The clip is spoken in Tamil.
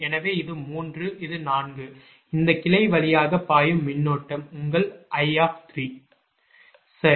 எனவே இது 3 இது 4 இந்த கிளை வழியாக பாயும் மின்னோட்டம் உங்கள் I சரி